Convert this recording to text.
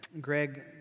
Greg